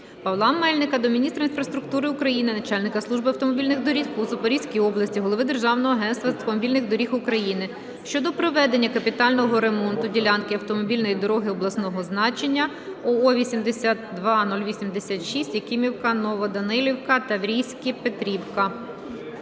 Павла Мельника до міністра інфраструктури України, начальника Служби автомобільних доріг у Запорізькій області, голови Державного агентства автомобільних доріг України щодо проведення капітального ремонту ділянки автомобільної дороги обласного значення ОО-82086 (Якимівка - Новоданилівка - Таврійське - Петрівка).